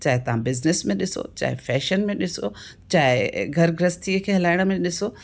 चाहे तव्हां बिज़निस में ॾिसो चाहे फैशन में ॾिसो चाहे घरु गृहस्थीअ खे हलाइण में ॾिसो